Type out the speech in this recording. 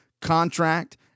contract